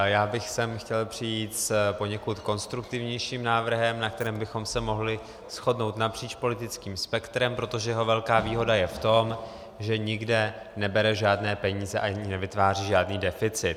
Já bych sem chtěl přijít s poněkud konstruktivnějším návrhem, na kterém bychom se mohli shodnout napříč politickým spektrem, protože jeho velká výhoda je v tom, že nikde nebere žádné peníze ani nevytváří žádný deficit.